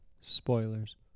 Spoilers